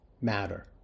matter